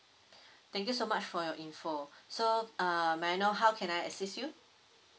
thank you so much for your info so uh may I know how can I assist you